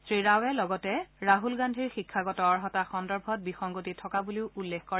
শ্ৰীৰাৱে লগতে ৰাহুল গান্ধীৰ শিক্ষাগত অৰ্হতা সন্দৰ্ভত বিসংগতি থকা বুলিও উল্লেখ কৰে